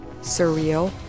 Surreal